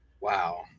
Wow